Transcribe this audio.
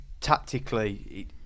tactically